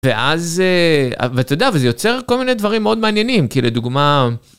ואז, ואתה יודע, וזה יוצר כל מיני דברים מאוד מעניינים, כאילו לדוגמה...